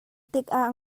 tikah